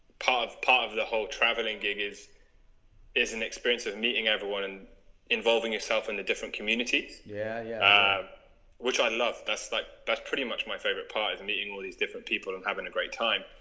part of part of the whole traveling gig is is an experience of meeting everyone and involving yourself in the different community. yeah um which i love that's like that's pretty much my favorite part is meeting all these different people and having a great time